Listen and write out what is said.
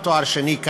ותואר שני,